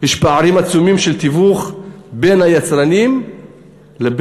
יש פערי תיווך עצומים בין היצרנים לבין